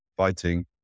fighting